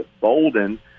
Bolden